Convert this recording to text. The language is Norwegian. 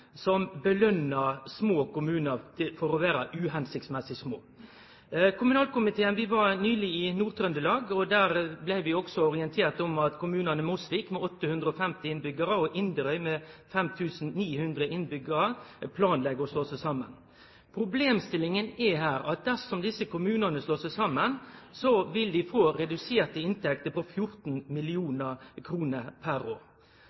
som belønner små kommunar for å vere uhensiktsmessig små. Kommunalkomiteen var nyleg i Nord-Trøndelag, og der blei vi orienterte om at kommunane Mosvik, med 850 innbyggjarar, og Inderøy, med 5 900 innbyggjarar, planlegg å slå seg saman. Problemstillinga er her at dersom desse kommunane slår seg saman, vil dei få reduserte inntekter på 14 mill. kr per år.